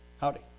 howdy